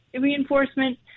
reinforcement